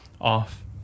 off